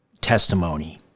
testimony